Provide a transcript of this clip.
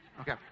Okay